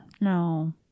No